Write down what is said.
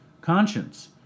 conscience